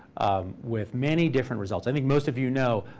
with many different results i think most of you know,